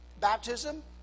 baptism